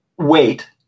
wait